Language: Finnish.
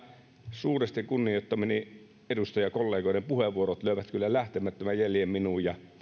suuresti kunnioittamieni edustajakollegoiden puheenvuorot löivät kyllä lähtemättömän jäljen minuun ja